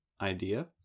idea